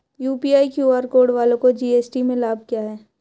UPI QR code वालों को GST में लाभ क्या है?